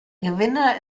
gewinner